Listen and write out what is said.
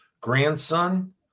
grandson